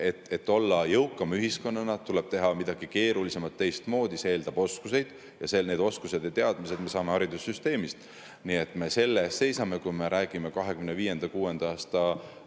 Et olla jõukam ühiskonnana, tuleb teha midagi keerulisemat, teistmoodi. See eeldab oskusi ja need oskused ja teadmised me saame haridussüsteemist. Nii et selle eest me seisame. Kui me räägime 2025. ja